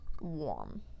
warm